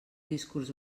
discurs